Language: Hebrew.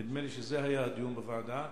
נדמה לי שזה היה הדיון בוועדה,